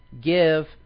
give